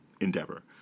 endeavor